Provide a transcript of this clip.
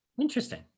Interesting